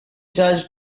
charge